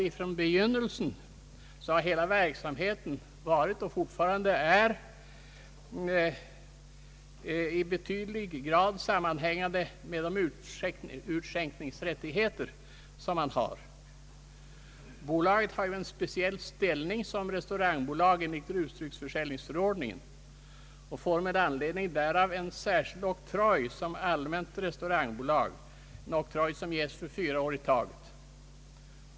Ifrån begynnelsen har hela verksamheten varit och är fortfarande i betydlig grad sammanhängande med utskänkningsrättigheterna. Bolaget har en speciell ställning såsom restaurangbolag i rusdrycksförsäljningsförordningen och får med anledning därav såsom allmänt restaurangbolag en särskild oktroj som ges för fyra år i taget.